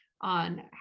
On